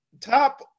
Top